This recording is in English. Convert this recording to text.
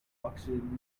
oxygen